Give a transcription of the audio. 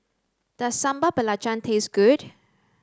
does sambal belacan taste good